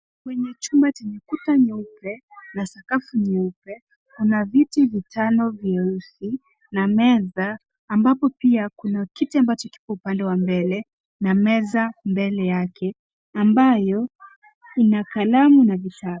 Kwenye chumba chenye ukuta cheupe na sakafu nyeupe kuna viti vitano nyeusi na meza ambapo pia kuna kiti upande wa mbele na meza pande yake ambayo ina kalamu na vitabu.